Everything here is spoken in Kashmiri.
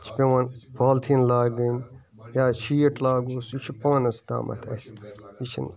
چھِ پیٚوان پالتھیٖن لاگٕنۍ یا شیٖٹ لاگہٕ ہوس یہِ چھُ پانَس تامَتھ اسہِ یہِ چھِنہٕ